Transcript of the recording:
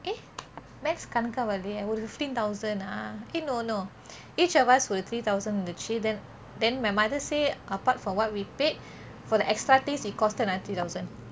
eh math கணக்கா வரலேயே ஒரு:kanakkaa varaleyeh oru fifteen thousand ah eh no no each of us ஒரு:oru three thousand இருந்துச்சு:irunthuchu then then my mother say apart from what we paid for the extra things it costed another three thousand